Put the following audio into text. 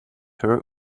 her